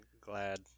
glad